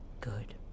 Good